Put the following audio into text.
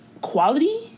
quality